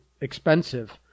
expensive